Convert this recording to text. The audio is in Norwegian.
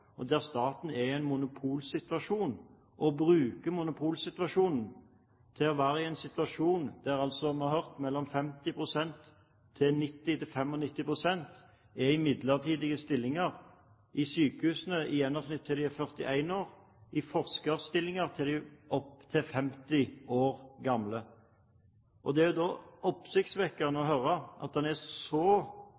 og der staten er i en monopolsituasjon – og bruker monopolsituasjonen. Vi har hørt at mellom 50 og 95 pst. er i midlertidige stillinger i sykehusene til de er i gjennomsnitt 41 år, og i forskerstillinger til de er opptil 50 år gamle. Da er det oppsiktsvekkende å høre at man på den ene siden er